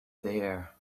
there